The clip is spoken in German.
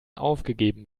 aufgegeben